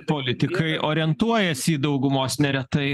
politikai orientuojasi į daugumos neretai